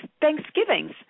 Thanksgivings